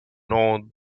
know